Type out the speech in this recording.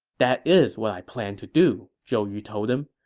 that is what i plan to do, zhou yu told him.